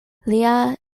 lia